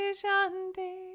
shanti